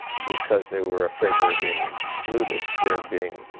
because they were afraid they were being excluded. they were being